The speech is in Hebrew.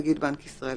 נגיד בנק ישראל,